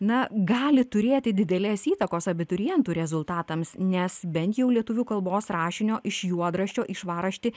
na gali turėti didelės įtakos abiturientų rezultatams nes bent jau lietuvių kalbos rašinio iš juodraščio į švarraštį